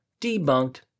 Debunked